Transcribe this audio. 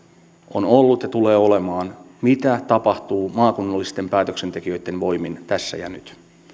on ollut ja tulee olemaan mitä tapahtuu maakunnallisten päätöksentekijöitten voimin tässä ja nyt